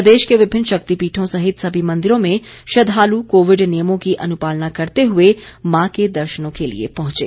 प्रदेश के विभिन्न शक्तिपीठों सहित सभी मंदिरों में श्रद्वालु कोविड नियमों की अनुपालना करते हुए मां के दर्शनों के लिए पहुंचे